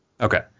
Okay